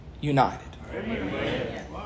united